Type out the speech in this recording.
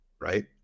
right